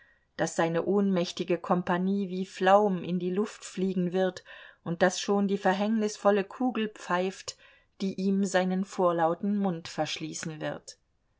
daß seine ohnmächtige kompanie wie flaum in die luft fliegen wird und daß schon die verhängnisvolle kugel pfeift die ihm seinen vorlauten mund verschließen wird